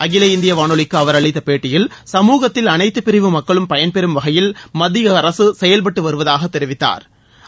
அகில இந்திய வானொலிக்கு அவர் அளித்த பேட்டியில் சமூகத்தில் அனைத்துபிரிவு மக்களும் பயன்பெறும் வகையில் மத்திய அரசு செயல்பட்டு வருவதாக தெரிவித்தாா்